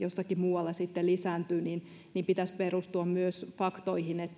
jossakin muualla tuotanto sitten lisääntyy pitäisi myös perustua faktoihin